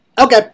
Okay